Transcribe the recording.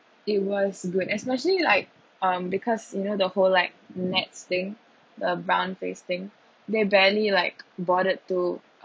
it was good especially like um because you know the whole like nets thing the bound face thing they barely like bothered to